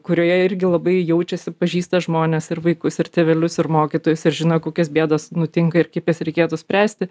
kurioje irgi labai jaučiasi pažįsta žmones ir vaikus ir tėvelius ir mokytojus ir žino kokios bėdos nutinka ir kaip jas reikėtų spręsti